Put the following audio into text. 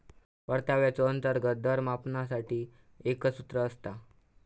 परताव्याचो अंतर्गत दर मापनासाठी एक सूत्र असता